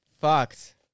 fucked